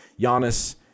Giannis